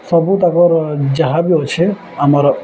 ସବୁ ତାଙ୍କର ଯାହା ବି ଅଛେ ଆମର